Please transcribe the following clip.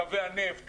קווי הנפט,